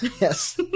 Yes